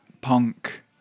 punk